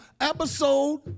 episode